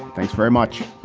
thanks very much.